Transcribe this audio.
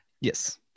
yes